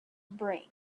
brain